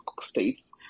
states